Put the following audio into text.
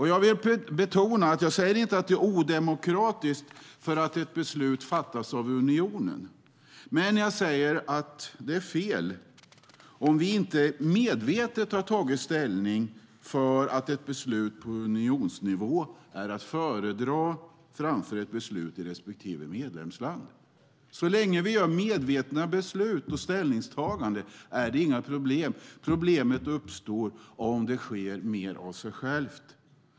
Jag vill betona att jag inte säger att det är odemokratiskt bara för att ett beslut fattas av unionen. Däremot säger jag att det är fel om vi inte medvetet har tagit ställning för att ett beslut på unionsnivå är att föredra framför ett beslut i respektive medlemsland. Så länge vi gör medvetna ställningstaganden är det inga problem. Problemet uppstår om det sker mer av sig självt.